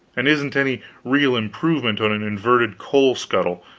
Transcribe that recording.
and isn't any real improvement on an inverted coal scuttle,